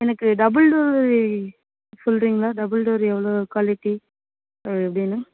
எனக்கு double door சொல்லுறீங்ளா double door எவ்வளோ குவாலிட்டி எப்படின்னு